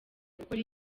gukora